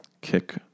kick